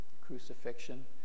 crucifixion